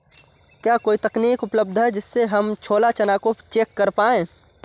क्या कोई तकनीक उपलब्ध है जिससे हम छोला चना को चेक कर पाए?